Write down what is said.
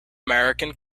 american